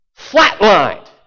flatlined